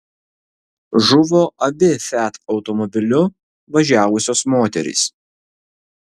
žuvo abi fiat automobiliu važiavusios moterys